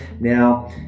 Now